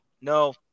No